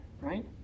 right